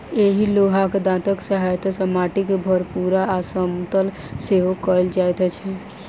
एहि लोहाक दाँतक सहायता सॅ माटि के भूरभूरा आ समतल सेहो कयल जाइत छै